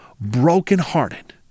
brokenhearted